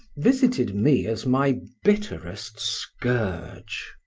visited me as my bitterest scourge.